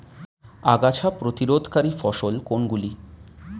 আগাছা প্রতিরোধকারী ফসল কোনগুলি?